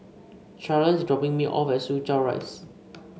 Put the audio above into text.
Charls is dropping me off at Soo Chow Rise